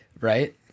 right